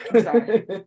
sorry